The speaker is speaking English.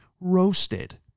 roasted